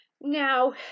Now